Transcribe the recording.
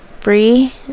free